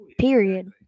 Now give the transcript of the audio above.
Period